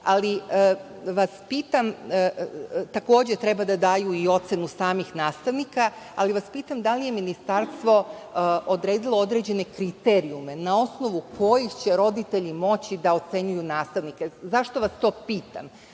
Ali vas pitam, takođe treba da daju i ocenu samih nastavnika, ali vas pitam da li je ministarstvo odredilo određene kriterijume na osnovu kojih će roditelji moći da ocenjuju nastavnike? Zašto vas to pitam?